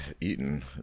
eaten